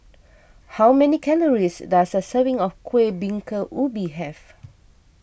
how many calories does a serving of Kueh Bingka Ubi have